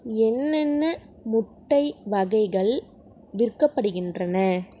என்னென்ன முட்டை வகைகள் விற்கப்படுகின்றன